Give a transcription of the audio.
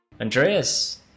Andreas